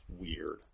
weird